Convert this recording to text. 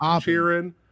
cheering